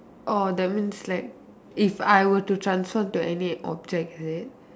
orh that means like if I were to transfer to any object is it